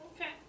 Okay